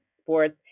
sports